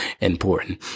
important